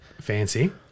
fancy